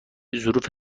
ظروف